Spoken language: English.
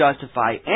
justify